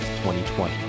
2020